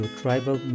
tribal